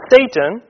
Satan